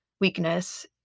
weakness